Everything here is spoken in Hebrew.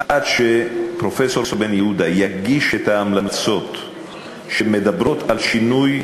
עד שפרופסור בן-יהודה יגיש את ההמלצות שמדברות על שינוי,